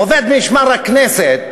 עובד משמר הכנסת,